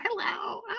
hello